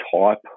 type